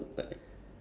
ya